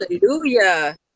Hallelujah